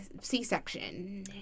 c-section